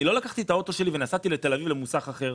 אני לא לקחתי את האוטו שלי ונסעתי לתל אביב למוסך אחר.